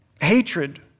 hatred